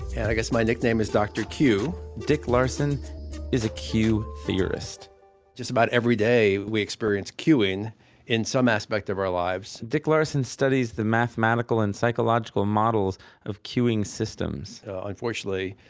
and i guess my nickname is dr. queue dick larson is a queue theorist just about every day we experience queuing in some aspect of our lives dick larson studies the mathematical and psychological models of queuing systems unfortunately,